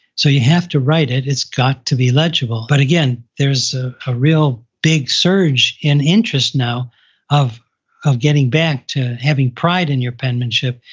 so you have to write it, it's got to be legible, but again there's a ah real big surge in interest now of of getting back to having pride in your penmanship,